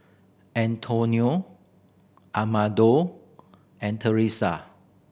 Antonio Amado and Teressa